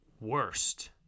Worst